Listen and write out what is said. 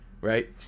right